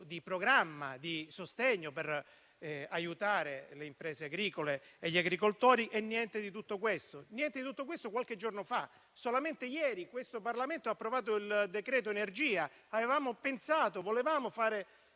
di programma di sostegno per aiutare le imprese agricole e gli agricoltori. Ma niente di tutto questo, fino a questo qualche giorno fa. Solamente ieri questo Parlamento ha approvato il decreto energia. Avevamo pensato di presentare